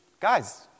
Guys